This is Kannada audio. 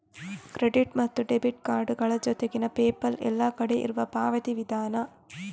ಕ್ರೆಡಿಟ್ ಮತ್ತು ಡೆಬಿಟ್ ಕಾರ್ಡುಗಳ ಜೊತೆಗೆ ಪೇಪಾಲ್ ಎಲ್ಲ ಕಡೆ ಇರುವ ಪಾವತಿ ವಿಧಾನ